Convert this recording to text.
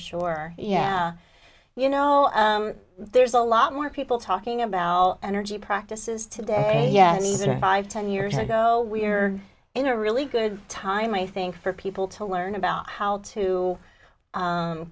sure yeah you know there's a lot more people talking about energy practices today yeah these are five ten years ago we're in a really good time i think for people to learn about how to